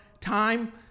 time